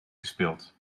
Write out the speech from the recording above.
gespeeld